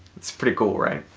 it's pretty cool, right?